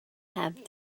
have